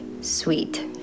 sweet